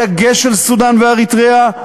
בדגש על סודאן ואריתריאה,